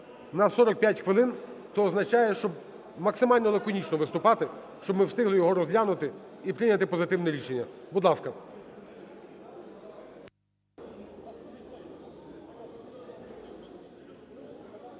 нас 45 хвилин, то означає, що максимально лаконічно виступати, щоб ми встигли його розглянути і прийняти позитивне рішення. Будь ласка.